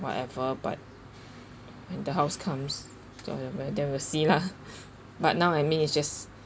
whatever but when the house comes whatever then we'll see lah but now I mean it's just